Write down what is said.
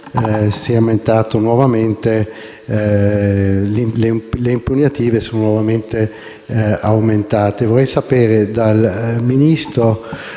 le impugnative sono nuovamente aumentate.